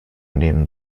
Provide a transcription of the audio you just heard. nehmen